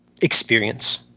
Experience